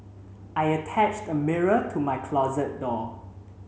I attached a mirror to my closet door